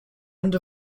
end